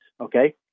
Okay